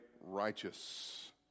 righteous